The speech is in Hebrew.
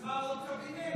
אז עוד קבינט?